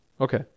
Okay